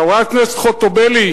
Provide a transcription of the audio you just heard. חברת הכנסת חוטובלי,